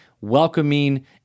welcoming